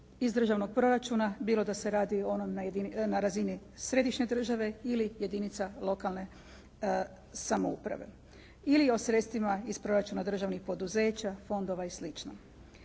iz državnog proračuna, bilo da se radi o onom na razini središnje države ili jedinica lokalne samouprave ili o sredstvima iz proračuna državnih poduzeća, fondova i